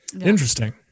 Interesting